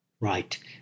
Right